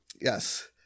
Yes